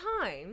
time